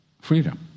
freedom